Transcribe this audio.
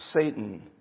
Satan